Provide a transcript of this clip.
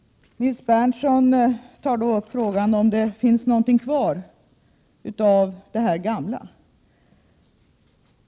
Nils Berndtson tar så upp frågan om det finns någonting kvar av gamla upplysningar i detta sammanhang.